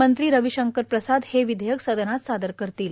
मंत्री रविशंकर प्रसाद हे विधेयक सदनात सादर करतील